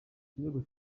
kirego